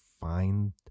find